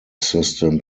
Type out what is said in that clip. system